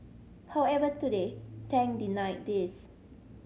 however today Tang denied these